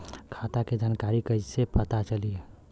खाता के जानकारी कइसे पता चली?